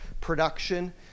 production